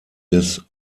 des